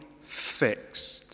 fixed